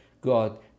God